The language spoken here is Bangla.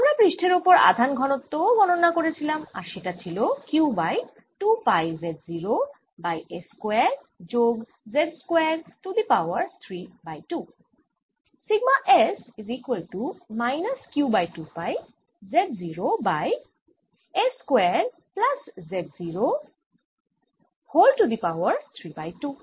আমরা পৃষ্ঠের ওপর আধান ঘনত্ব ও গণনা করেছিলাম আর সেটা ছিল q by 2 pi z0 by s square যোগ z0 square to the power 3 by 2